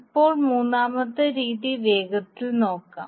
ഇപ്പോൾ മൂന്നാമത്തെ രീതി വേഗത്തിൽ നോക്കാം